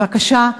בבקשה,